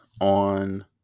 on